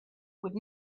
would